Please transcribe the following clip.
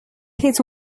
his